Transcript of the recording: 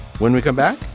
when we come back,